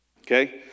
Okay